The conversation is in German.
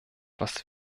was